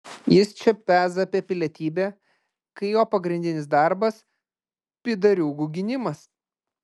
jis čia peza apie pilietybę kai jo pagrindinis darbas pydariūgų gynimas